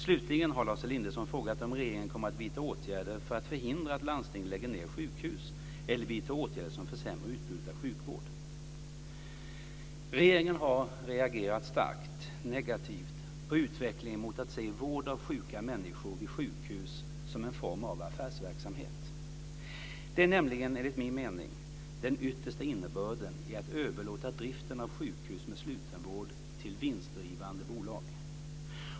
Slutligen har Lars Elinderson frågat om regeringen kommer att vidta åtgärder för att förhindra att landsting lägger ned sjukhus eller vidtar åtgärder som försämrar utbudet av sjukvård. Regeringen har reagerat starkt negativt på utvecklingen mot att se vård av sjuka människor vid sjukhus som en form av affärsverksamhet. Det är nämligen, enligt min mening, den yttersta innebörden i att överlåta driften av sjukhus med slutenvård till vinstdrivande bolag.